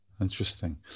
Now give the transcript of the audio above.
interesting